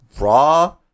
Raw